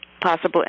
possible